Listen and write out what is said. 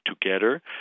together